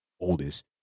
oldest